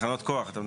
תחנות כוח אתה מדבר.